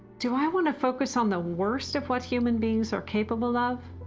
do i want to focus on the worst of what human beings are capable of?